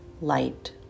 light